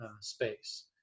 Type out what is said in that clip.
space